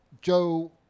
Joe